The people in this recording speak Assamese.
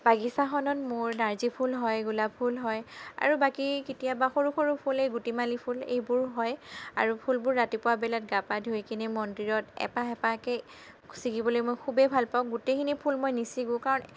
বাগিচাখনত মোৰ নাৰ্জি ফুল হয় গোলাপ ফুল হয় আৰু বাকী কেতিয়াবা সৰু সৰু ফুল এই গুটিমালী ফুল এইবোৰ হয় আৰু ফুলবোৰ ৰাতিপুৱা বেলাত গা পা ধুইকেনে মন্দিৰত এপাহ এপাহকৈ ছিঙিবলৈ মই খুবেই ভাল পাওঁ গোটেইখিনি ফুল মই নিছিঙোঁ কাৰণ